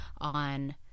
on